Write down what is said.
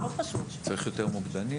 צריך יותר מוקדנים.